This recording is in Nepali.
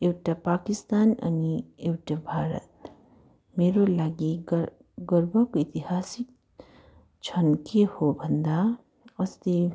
एउटा पाकिस्तान अनि एउटा भारत मेरो लागि गर गर्वको इतिहासिक क्षण के हो भन्दा अस्ति